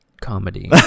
comedy